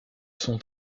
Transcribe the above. son